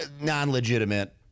non-legitimate